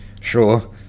sure